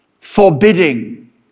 forbidding